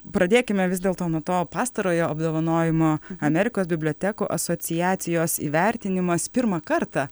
pradėkime vis dėl to nuo to pastarojo apdovanojimo amerikos bibliotekų asociacijos įvertinimas pirmą kartą